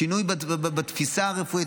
שינוי בתפיסה הרפואית,